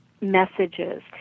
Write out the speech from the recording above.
messages